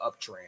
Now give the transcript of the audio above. uptrend